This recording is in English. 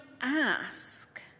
ask